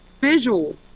visual